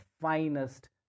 finest